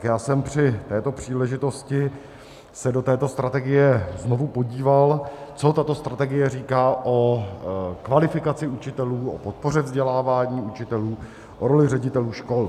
Já jsem se při této příležitosti do této strategie znovu podíval, co tato strategie říká o kvalifikaci učitelů, o podpoře vzdělávání učitelů, o roli ředitelů škol.